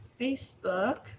Facebook